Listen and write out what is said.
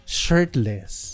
shirtless